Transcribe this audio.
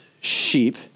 sheep